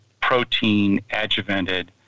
protein-adjuvanted